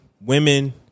Women